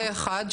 זה אחד.